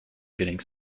getting